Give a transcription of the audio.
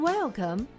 Welcome